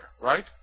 right